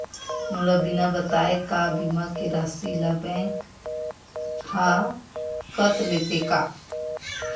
मोला बिना बताय का बीमा के राशि ला बैंक हा कत लेते का?